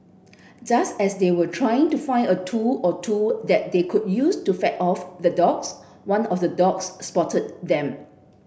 just as they were trying to find a tool or two that they could use to fend off the dogs one of the dogs spotted them